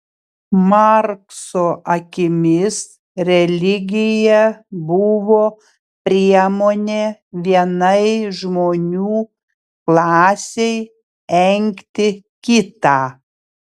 markso akimis religija buvo priemonė vienai žmonių klasei engti kitą